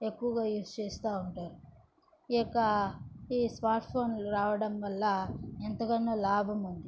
ఎక్కువగా యూజ్ చేస్తూ ఉంటారు ఈ యొక్క ఈ స్మార్ట్ ఫోన్లు రావడంవల్ల ఎంతగానో లాభం ఉంది